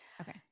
okay